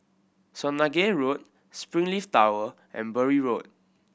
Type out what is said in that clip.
Swanage Road Springleaf Tower and Bury Road